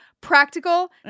practical